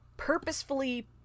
purposefully